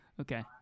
okay